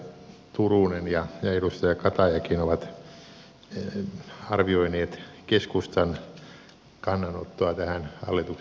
täällä edustaja turunen ja edustaja katajakin ovat arvioineet keskustan kannanottoa tähän hallituksen esitykseen